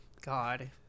god